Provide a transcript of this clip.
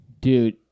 dude